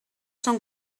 són